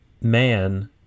man